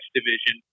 Division